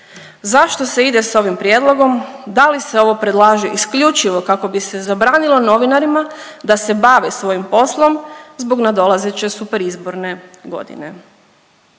Zašto se ide s ovim prijedlogom? Da li se ovo predlaže isključivo kako bi se zabranilo novinarima da se bave svojim poslom zbog nadolazeće superizborne godine?